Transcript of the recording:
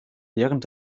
während